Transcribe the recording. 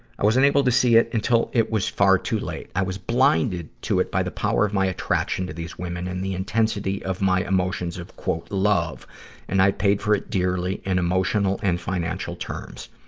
i wasn't able to see it until it was far too late. i was blinded to it by the power of my attraction to these women and the intensity of my emotions of love and i paid for it dearly in emotional and financial terms.